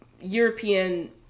European